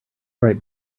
right